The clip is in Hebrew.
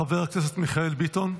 חבר הכנסת מיכאל ביטון.